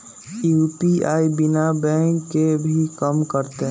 UPI बिना bank के भी कम करतै?